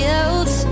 else